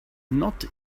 not